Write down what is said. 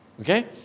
Okay